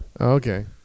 Okay